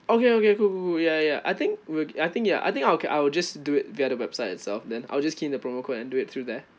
okay okay cool cool cool ya ya I think will I think ya I think I will I will just do it via the website itself then I'll just key in the promo code and do it through there